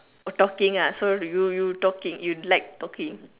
oh talking ah so you you talking you like talking